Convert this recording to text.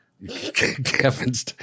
Kevin's